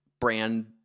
brand